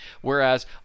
Whereas